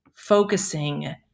focusing